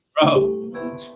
Bro